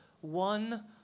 one